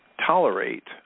tolerate